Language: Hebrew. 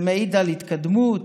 זה מעיד על התקדמות,